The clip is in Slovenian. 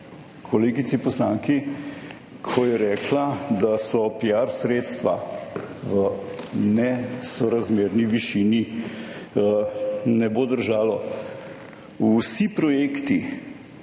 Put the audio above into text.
kolegici poslanki, ko je rekla, da so piar sredstva v nesorazmerni višini. Ne bo držalo. Vsi projekti,